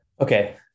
Okay